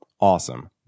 awesome